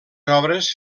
obres